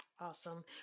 awesome